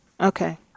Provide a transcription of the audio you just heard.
Okay